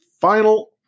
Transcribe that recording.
final